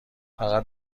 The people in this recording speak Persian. فقط